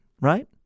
Right